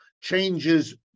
changes